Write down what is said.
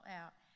out